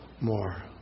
more